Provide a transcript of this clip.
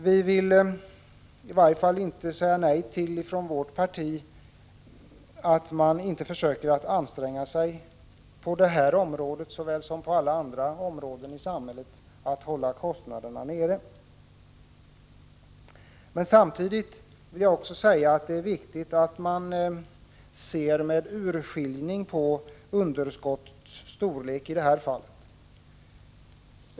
Centerpartiet vill inte säga nej till ansträngningar som innebär att man på detta område likaväl som på alla andra områden försöker anstränga sig för att hålla kostnaderna nere. Men samtidigt vill jag säga att det är viktigt att man ser med urskillning på underskottets storlek vad gäller Gotlandstrafiken.